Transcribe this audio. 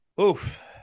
Oof